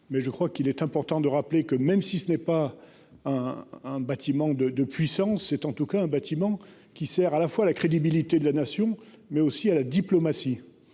mais je crois qu'il est important de rappeler que même si ce n'est pas un bâtiment de de puissance. C'est en tout cas un bâtiment qui sert à la fois la crédibilité de la nation, mais aussi à la diplomatie.